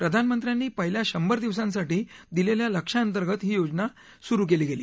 प्रधानमंत्र्यांनी पहिल्या शंभर दिवसांसाठी दिलेल्या लक्ष्या अंतर्गत ही योजना सुरु केली गेली